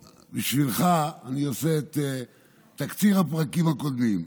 שלמה, בשבילך אני עושה את תקציר הפרקים הקודמים.